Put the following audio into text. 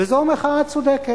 וזו מחאה צודקת,